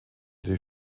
die